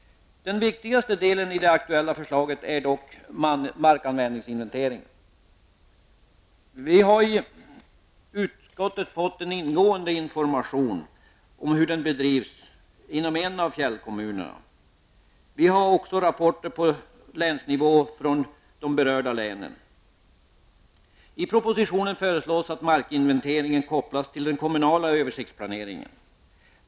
Den viktigaste delen i det aktuella förslaget är dock markanvändningsinventeringen. Vi har i utskottet fått ingående information om hur den bedrivs inom en av fjällkommunerna. Vi har också fått rapporter på länsnivå från de berörda länen. I propositionen föreslås att markinventeringen kopplas till den kommunala översiktsplaneringen.